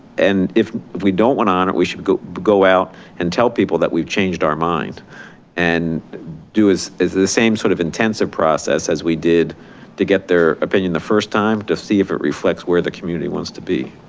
and if we don't want on it, we should go go out and tell people that we've changed our minds and do the the same sort of intensive process as we did to get their opinion the first time to see if it reflects where the community wants to be.